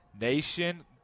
Nation